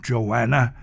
Joanna